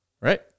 right